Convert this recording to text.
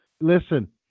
Listen